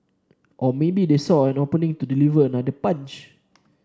or maybe they saw an opening to deliver another punch